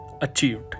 achieved